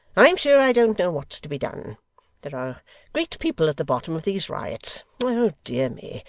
i'm sure i don't know what's to be done there are great people at the bottom of these riots oh dear me,